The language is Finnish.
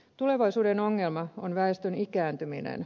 tulevaisuuden ongelma on väestön ikääntyminen